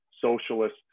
socialist